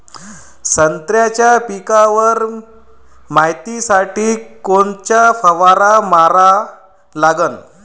संत्र्याच्या पिकावर मायतीसाठी कोनचा फवारा मारा लागन?